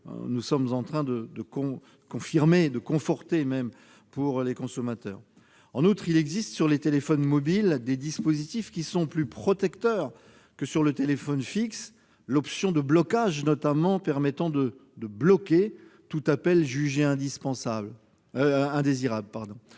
précisément en train de confirmer, de conforter même, pour les consommateurs. En outre, il existe sur les téléphones mobiles des dispositifs plus protecteurs que sur les téléphones fixes, une option permettant notamment de « bloquer » tout appel jugé indésirable.